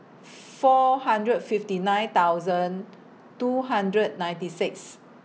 four hundred fifty nine thousand two hundred ninety six